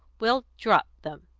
we'll drop them.